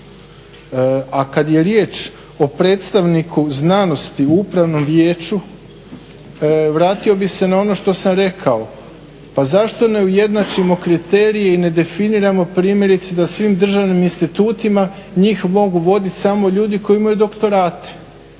A kad je riječ o predstavniku znanosti u Upravnom vijeću vratio bih se na ono što sam rekao. Pa zašto ne ujednačimo kriterije i ne definiramo primjerice da svim državnim institutima njih mogu voditi samo ljudi koji imaju doktorate